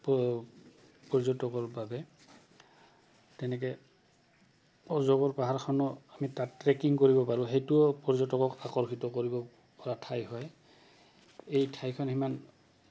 পৰ্যটকৰ বাবে তেনেকে অজগৰ পাহাৰখনো আমি তাত ট্ৰেকিং কৰিব পাৰোঁ সেইটোও পৰ্যটক আকৰ্ষিত কৰিব পৰা ঠাই হয় এই ঠাইখন সিমান